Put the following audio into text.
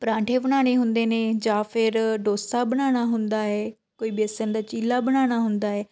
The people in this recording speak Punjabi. ਪਰਾਂਠੇ ਬਣਾਉਣੇ ਹੁੰਦੇ ਨੇ ਜਾਂ ਫਿਰ ਡੋਸਾ ਬਣਾਉਣਾ ਹੁੰਦਾ ਏ ਕੋਈ ਬੇਸਨ ਦਾ ਚੀਲਾ ਬਣਾਉਣਾ ਹੁੰਦਾ ਏ